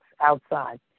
outside